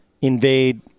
invade –